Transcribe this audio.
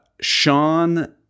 Sean